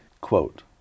Quote